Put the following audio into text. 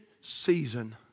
season